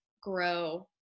grow